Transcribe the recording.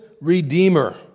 Redeemer